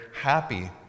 happy